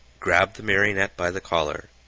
grabbed the marionette by the collar,